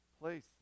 place